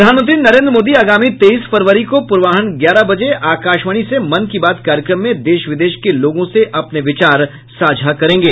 प्रधानमंत्री नरेन्द्र मोदी आगामी तेईस फरवरी को पूर्वाह्न ग्यारह बजे आकाशवाणी से मन की बात कार्यक्रम में देश विदेश के लोगों से अपने विचार साझा करेंगे